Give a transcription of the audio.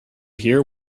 hear